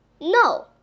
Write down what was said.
No